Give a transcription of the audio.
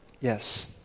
yes